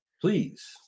Please